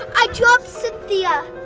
i dropped cynthia!